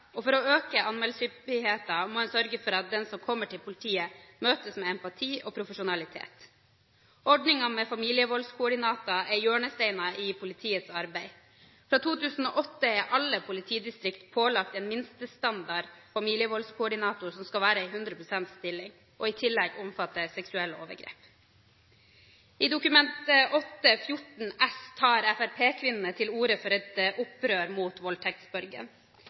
og for å øke anmeldelseshyppigheten må en sørge for at den som kommer til politiet, møtes med empati og profesjonalitet. Ordningen med familievoldskoordinatorer er hjørnesteinen i politiets arbeid. Fra 2008 er alle politidistrikt pålagt en minstestandard familievoldskoordinator som skal være en 100 pst. stilling og i tillegg omfatte seksuelle overgrep. I Dokument 8:14 S tar fremskrittspartikvinnene til orde for et opprør mot